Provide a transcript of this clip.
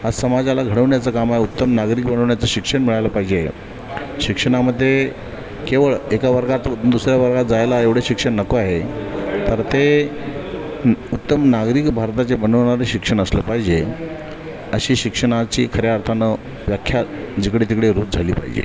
आज समाजाला घडवण्याचं काम हा उत्तम नागरिक बनवण्याचं शिक्षण मिळायला पाहिजे शिक्षणामध्ये केवळ एका वर्गातून दुसऱ्या वर्गात जायला एवढंच शिक्षण नको आहे तर ते उत्तम नागरिक भारताचे बनवणारं शिक्षण असलं पाहिजे अशी शिक्षणाची खऱ्या अर्थानं व्याख्या जिकडेतिकडे रूढ झाली पहिजे